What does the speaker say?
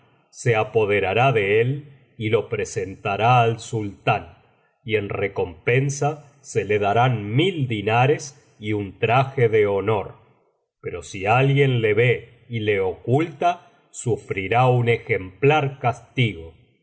se apoderará de él y lo presentará al sultán y en recompensa se le darán mil dinares y un traje de honor pero si alguien le ve y le oculta sufrirá un ejemplar castigo